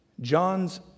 John's